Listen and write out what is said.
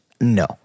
no